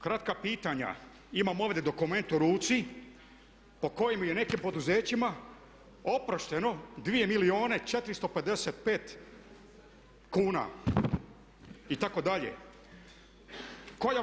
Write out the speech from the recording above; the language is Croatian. Kratka pitanja, imam ovdje dokument u ruci po kojem je nekim poduzećima oprošteno 2 milijuna 455 kuna itd.